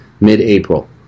mid-April